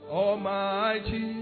almighty